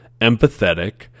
empathetic